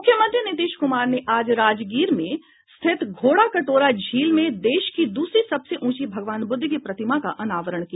मुख्यमंत्री नीतीश कुमार ने आज राजगीर में स्थित घोड़ा कटोरा झील में देश की दूसरी सबसे ऊंची भगवान बुद्ध की प्रतिमा का अनावरण किया